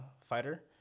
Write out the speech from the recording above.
fighter